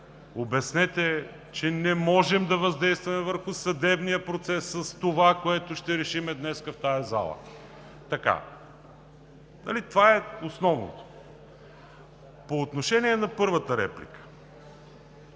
обяснете, че не можем да въздействаме върху съдебния процес с това, което ще решим днес в тази зала. Това е основното. По отношение на първата реплика.